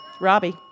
Robbie